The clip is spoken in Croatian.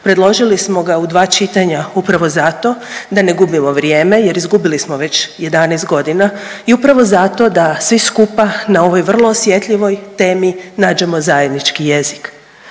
Predložili smo ga u dva čitanja upravo zato da ne gubimo vrijeme jer izgubili smo već 11 godina i upravo zato da svi skupa na ovoj vrlo osjetljivoj temi nađemo zajednički jezik.